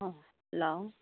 hello